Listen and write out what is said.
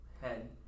head